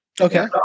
Okay